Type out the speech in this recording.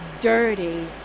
dirty